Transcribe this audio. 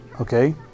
okay